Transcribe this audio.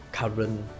current